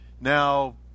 now